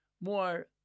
more